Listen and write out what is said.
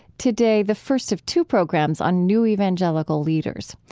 today, the first of two programs on new evangelical leaders.